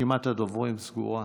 רשימת הדוברים סגורה.